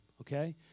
okay